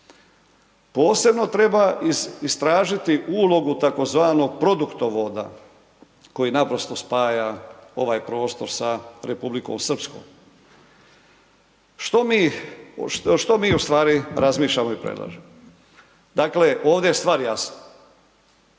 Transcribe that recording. Posebno treba istražiti ulogu tzv. produktovoda koji naprosto spaja ovaj prostor sa Republikom Srpskom. Što mi ustvari razmišljamo i predlažemo? Dakle ovdje je stvar jasna.